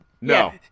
no